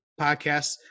Podcasts